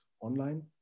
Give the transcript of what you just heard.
online